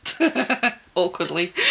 Awkwardly